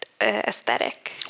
aesthetic